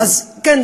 כן,